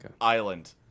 island